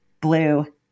blue